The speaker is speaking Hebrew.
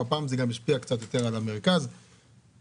כאמור אנחנו מודדים את ההשפעה החיצונית של אובדן שעות עבודה.